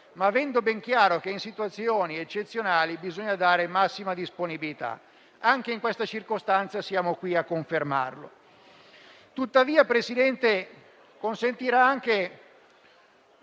ma avendo ben chiaro che in situazioni eccezionali bisogna dare massima disponibilità. Anche in questa circostanza siamo qui a confermarlo. Tuttavia, signor Presidente, consentirà anche